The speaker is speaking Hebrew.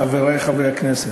חברי חברי הכנסת,